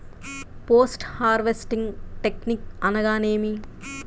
Post harvesting technique అనగా నేమి?